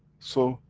so,